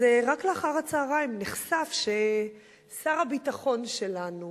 אז רק אחר-הצהריים נחשף ששר הביטחון שלנו